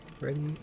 Ready